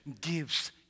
gives